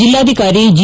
ಜಿಲ್ಲಾಧಿಕಾರಿ ಜಿ